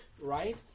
Right